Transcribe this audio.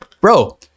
bro